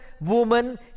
woman